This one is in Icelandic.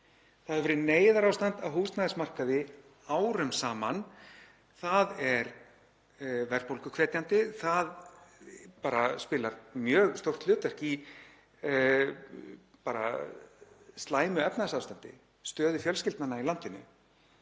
Það hefur verið neyðarástand á húsnæðismarkaði árum saman. Það er verðbólguhvetjandi, það spilar mjög stórt hlutverk í slæmu efnahagsástandi, stöðu fjölskyldnanna í landinu.